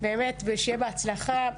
שיהיה בהצלחה,